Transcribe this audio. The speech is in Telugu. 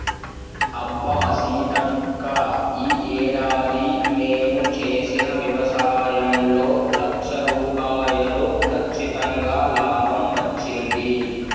అబ్బా సీతక్క ఈ ఏడాది మేము చేసిన వ్యవసాయంలో లక్ష రూపాయలు కచ్చితంగా లాభం వచ్చింది